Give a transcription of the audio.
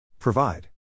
Provide